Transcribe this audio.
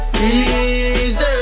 easy